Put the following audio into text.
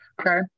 Okay